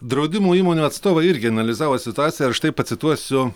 draudimo įmonių atstovai irgi analizavo situaciją ir štai pacituosiu